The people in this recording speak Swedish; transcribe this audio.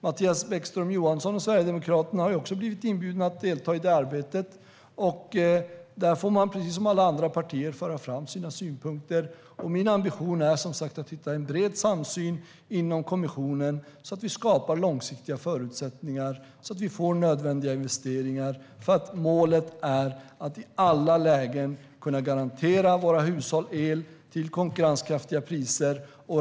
Mattias Bäckström Johansson och Sverigedemokraterna har också blivit inbjudna att delta i det arbetet. Där får man, precis som alla andra partier, föra fram sina synpunkter. Min ambition är som sagt att hitta en bred samsyn inom kommissionen, så att vi skapar långsiktiga förutsättningar och så att vi får nödvändiga investeringar, eftersom målet är att i alla lägen kunna garantera våra hushåll el till konkurrenskraftiga priser.